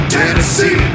Tennessee